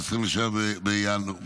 27 בינואר,